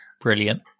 Brilliant